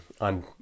on